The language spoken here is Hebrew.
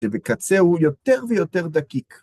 שבקצה הוא יותר ויותר דקיק.